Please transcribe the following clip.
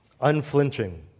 unflinching